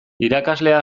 irakaslea